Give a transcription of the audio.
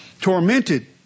tormented